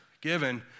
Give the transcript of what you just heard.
given